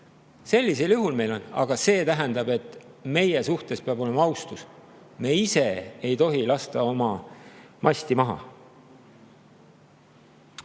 kirikusse. Aga see tähendab, et meie suhtes peab olema austus. Me ise ei tohi lasta oma masti maha.